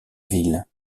ville